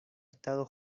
estado